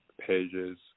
pages